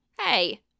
Hey